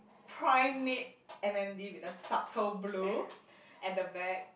primate N_M_D with a subtle blue at the back